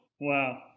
Wow